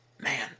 Man